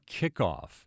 kickoff